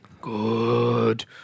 Good